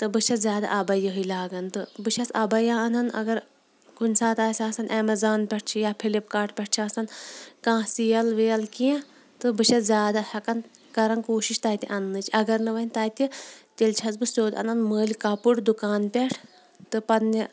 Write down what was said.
تہٕ بہٕ چھس زیادٕ اَبَیاہٕے لاگان تہٕ بہٕ چھس اَبَیا اَنان مگر کُنہِ ساتہٕ آسہِ آسان ایٚمَزان پٮ۪ٹھٕ چھِ یا فِلِپ کارٹ پٮ۪ٹھ چھِ آسان کانٛہہ سیل ویل کینٛہہ تہٕ بہٕ چھس زیادٕ ہیٚکان کَران کوٗشِش تَتہِ اَننٕچ اگر نہٕ وۄںۍ تَتہِ تیٚلہِ چھس بہٕ سیوٚد اَنان مٔلۍ کَپُر دُکان پٮ۪ٹھ تہٕ پَنٛںہِ